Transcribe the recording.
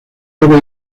debe